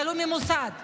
תלוי במוסד.